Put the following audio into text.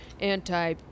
anti